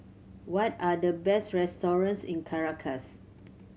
what are the best restaurants in Caracas